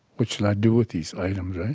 what should i do with these items?